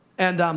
and um